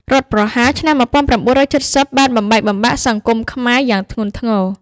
រដ្ឋប្រហារឆ្នាំ ១៩៧០ បានបំបែកបំបាក់សង្គមខ្មែរយ៉ាងធ្ងន់ធ្ងរ។